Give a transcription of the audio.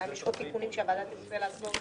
השאלה אם יש עוד תיקונים שהוועדה תרצה לעשות.